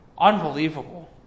Unbelievable